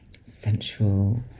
sensual